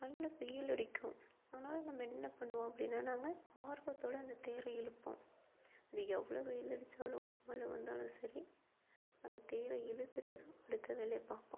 நல்ல வெயில் அடிக்கும் ஆனாலும் நம்ம என்ன பண்ணுவோம் அப்படின்னா நாங்கள் ஆர்வத்தோடு அந்த தேரை இழுப்போம் அது எவ்வளோ வெயில் அடித்தாலும் மழை வந்தாலும் சரி அந்த தேரை இழுத்துவிட்டு தான் அடுத்த வேலையை பார்ப்போம்